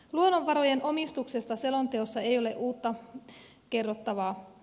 luonnonvarojen omistuksesta selonteossa ei ole uutta kerrottavaa